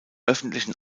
öffentlichen